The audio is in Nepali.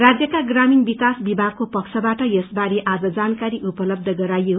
राज्यका ग्रामीण विकास विभागको पक्षबाट यसबारे आज जानकारी उपलब्य गराईयो